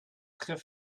trés